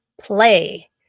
play